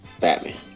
Batman